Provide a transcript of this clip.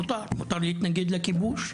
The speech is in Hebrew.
מותר, מותר להתנגד לכיבוש,